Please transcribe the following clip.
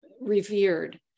revered